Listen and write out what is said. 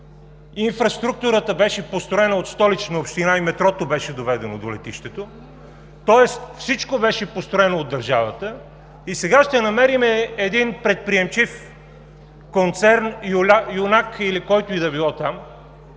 инфраструктурата беше построена от Столична община и метрото беше доведено до летището, тоест всичко беше построено от държавата и сега ще намерим един предприемчив концерн, юнак или който и да било там,